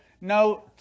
no